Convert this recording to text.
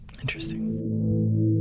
Interesting